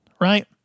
right